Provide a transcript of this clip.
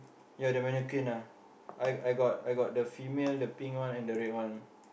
ya the mannequin ah I I got I got the female the pink one and the red one